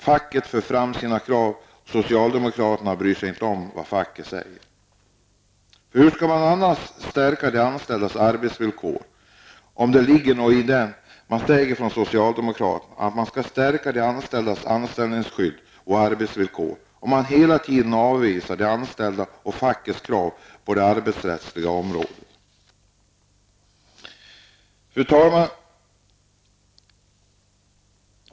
Facket för fram sina krav, och socialdemokraterna bryr sig inte om vad facket säger. Hur skall man kunna stärka de anställdas arbetsvillkor, om det inte ligger någonting i det som socialdemokraterna säger, att man skall stärka de anställdas anställningsskydd och arbetsvillkor och om man hela tiden avvisar de anställdas och fackets krav på det arbetsrättsliga området? Fru talman!